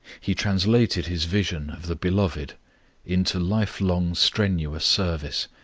he translated his vision of the beloved into life-long strenuous service,